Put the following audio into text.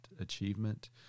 achievement